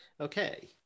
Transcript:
Okay